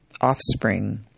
offspring